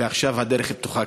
ועכשיו הדרך פתוחה.